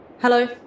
Hello